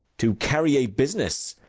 to carry a business,